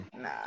Nah